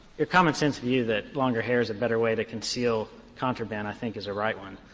your common sense view that longer hair is a better way to conceal contraband, i think, is a right one.